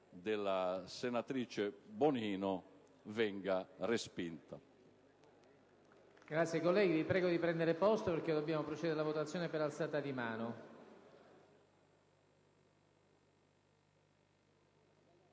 della senatrice Bonino venga respinta.